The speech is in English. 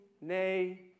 nay